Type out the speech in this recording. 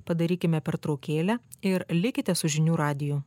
padarykime pertraukėlę ir likite su žinių radiju